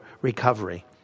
recovery